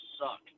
suck